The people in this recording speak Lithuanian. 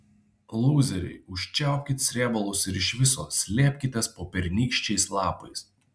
lūzeriai užčiaupkit srėbalus ir iš viso slėpkitės po pernykščiais lapais